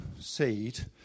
seed